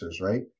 right